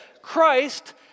Christ